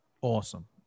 Awesome